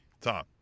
Tom